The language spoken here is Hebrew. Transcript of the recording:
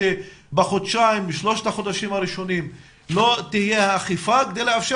שבחודשיים או בשלושת החודשים הראשונים לא תהיה אכיפה כדי לאפשר